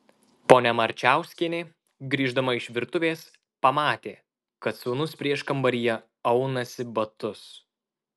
ponia marčiauskienė grįždama iš virtuvės pamatė kad sūnus prieškambaryje aunasi batus